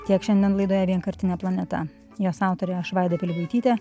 tiek šiandien laidoje vienkartinė planeta jos autorė aš vaida pilibaitytė